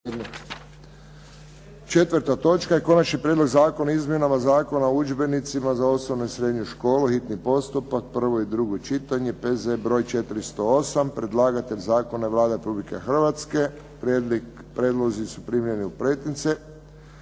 4. točka je - Konačni prijedlog zakona o izmjenama Zakona o udžbenicima za osnovne i srednje škole, hitni postupak, prvo i drugo čitanje, P.Z. br. 408 Predlagatelj zakona je Vlada Republike Hrvatske. Prijedlozi su primljeni u pretince.